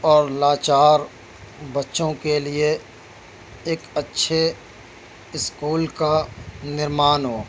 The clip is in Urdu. اور لاچار بچوں کے لیے ایک اچھے اسکول کا نرمان ہو